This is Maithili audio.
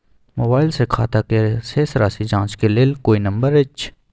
मोबाइल से खाता के शेस राशि जाँच के लेल कोई नंबर अएछ?